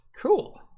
Cool